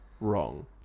Wrong